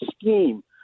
scheme